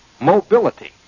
mobility